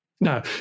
Now